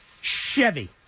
Chevy